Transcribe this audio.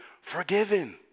forgiven